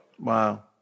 Wow